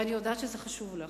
ואני יודעת שזה חשוב לך,